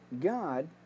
God